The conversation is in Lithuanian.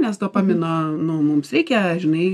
nes dopamino nu mums reikia žinai